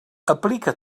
aplica